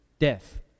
death